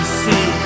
see